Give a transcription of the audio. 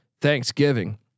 Thanksgiving